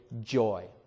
joy